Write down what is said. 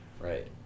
right